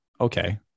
Okay